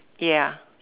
ya